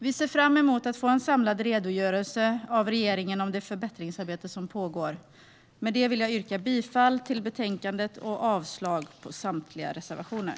Vi ser fram emot att få en samlad redogörelse av regeringen om det förbättringsarbete som pågår. Med detta vill jag yrka bifall till förslaget i betänkandet och avslag på samtliga reservationer.